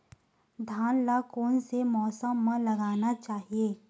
धान ल कोन से मौसम म लगाना चहिए?